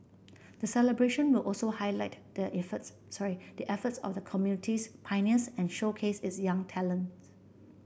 the celebration will also highlight the efforts sorry the efforts of the community's pioneers and showcase its young talents